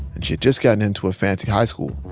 and she had just gotten into a fancy high school.